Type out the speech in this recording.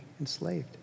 enslaved